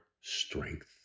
strength